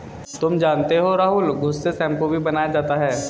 तुम जानते हो राहुल घुस से शैंपू भी बनाया जाता हैं